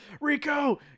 Rico